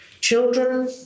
Children